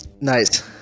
Nice